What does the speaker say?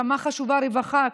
כמה חשובה הרווחה,